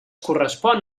correspon